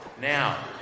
Now